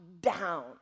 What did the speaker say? down